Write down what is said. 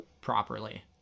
properly